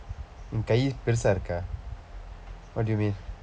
உன் கை பெருசா இருக்கா:un kai perusaa irukkaa what do you mean